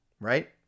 right